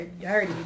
dirty